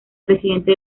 presidente